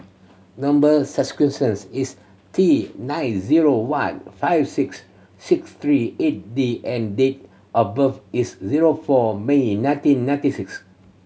number is T nine zero one five six six three eight D and date of birth is zero four May nineteen ninety six